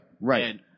right